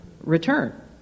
return